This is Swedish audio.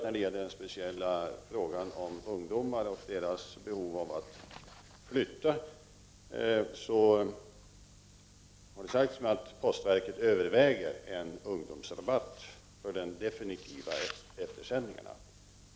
När det gäller den speciella frågan om ungdomar och deras behov av att flytta kan jag meddela att det har sagts mig att postverket överväger en ungdomsrabatt för de definitiva eftersändningarna.